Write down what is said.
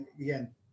again